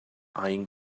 eyeing